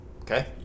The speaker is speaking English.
Okay